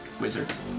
Wizards